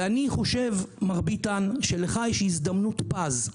ואני חושב, מר ביטן, שיש לך הזדמנות פז,